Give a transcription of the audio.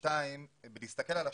אם נסתכל על השוק,